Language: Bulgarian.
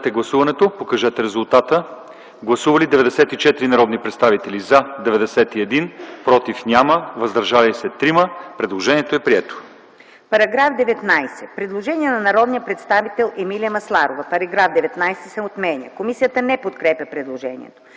По § 27 има предложение на народния представител Емилия Масларова –§ 27 се отменя. Комисията не подкрепя предложението.